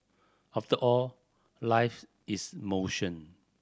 after all life is motion